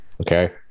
Okay